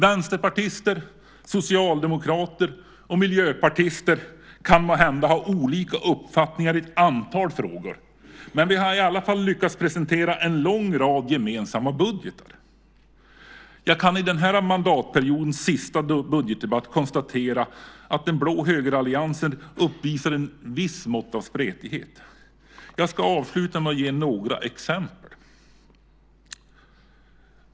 Vänsterpartister, socialdemokrater och miljöpartister kan måhända ha olika uppfattningar i ett antal frågor, men vi har i alla fall lyckats presentera en lång rad gemensamma budgetar. Jag kan i den här mandatperiodens sista budgetdebatt konstatera att den blå högeralliansen uppvisar ett visst mått av spretighet. Jag ska avsluta med att ge några exempel.